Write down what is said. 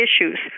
issues